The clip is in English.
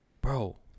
bro